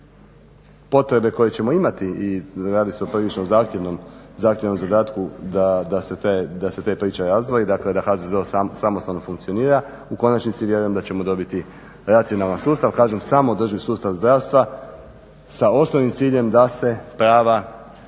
potrebe koje ćemo imati, radi se o prilično zahtjevnom zadatku da se te priče razdvoji, dakle da HZZO samostalno funkcionira. U konačnici vjerujem da ćemo dobiti racionalan sustav. Kažem samoodrživ sustav zdravstva sa osnovnim ciljem da se prava,